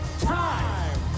time